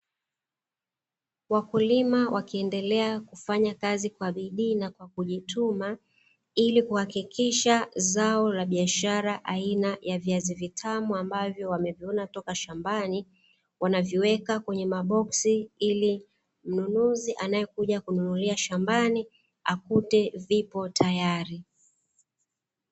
Wakulima wakiendelea kufanya kazi kwa bidii na kujituma ili kuhakikisha zao la biashara aina ya viazi vitamu ambavyo wamevuna toka shambani wanaviweka kwenye maboksi ili mnunuzi anayekuja kununulia shambani akute vipo tayari.